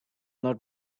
not